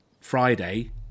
Friday